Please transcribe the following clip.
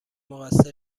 مقصر